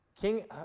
King